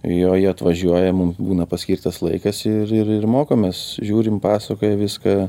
jo jie atvažiuoja mums būna paskirtas laikas ir ir ir mokomės žiūrim pasakoja viską